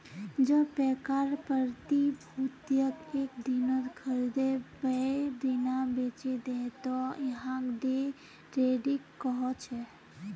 जब पैकार प्रतिभूतियक एक दिनत खरीदे वेय दिना बेचे दे त यहाक डे ट्रेडिंग कह छे